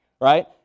right